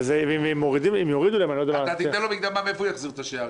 ואם יורידו להם- -- אתה תיתן לו מקדמה מאיפה יחזיר את השאר?